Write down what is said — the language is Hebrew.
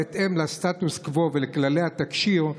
בהתאם לסטטוס קוו ולכללי התקשי"ר,